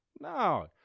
No